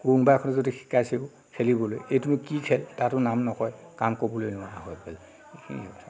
কোনোবা এখনত যদি শিকাইছেও খেলিবলৈ এইটোনো কি খেল তাৰটো নাম নকয় কাৰণ কবলৈ নোৱাৰা হৈ গ'ল এইখিনিয়ে কথা